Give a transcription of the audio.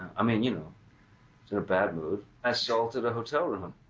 i mean, you in a bad mood, i assaulted a hotel room.